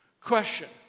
Question